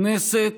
כנסת